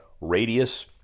radius